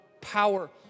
power